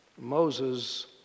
Moses